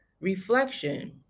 reflection